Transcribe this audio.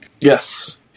Yes